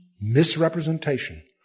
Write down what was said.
Misrepresentation